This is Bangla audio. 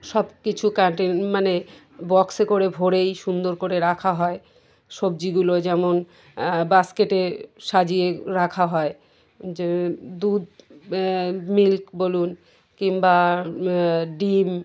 সব কিছু কার্টন মানে বক্সে করে ভরেই সুন্দর করে রাখা হয় সবজিগুলো যেমন বাস্কেটে সাজিয়ে রাখা হয় যে দুধ মিল্ক বলুন কিংবা ডিম